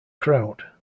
crowd